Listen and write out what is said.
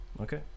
Okay